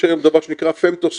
יש היום דבר שנקרא פנטוסל,